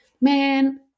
Man-